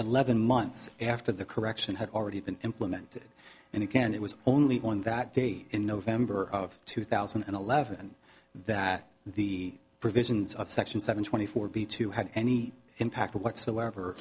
eleven months after the correction had already been implemented and again it was only when that day in november of two thousand and eleven that the provisions of section seven twenty four be to have any impact whatsoever